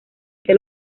que